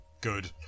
good